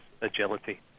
agility